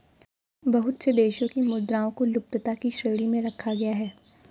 बहुत से देशों की मुद्राओं को लुप्तता की श्रेणी में रखा गया है